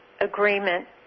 agreement